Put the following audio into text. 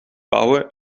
bouwen